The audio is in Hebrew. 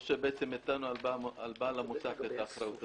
או הטלנו על בעל המוסך את האחריות.